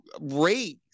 raise